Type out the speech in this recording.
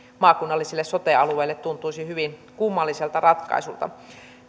maakunnallisille sote alueille tuntuisi hyvin kummalliselta ratkaisulta